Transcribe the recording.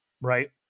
right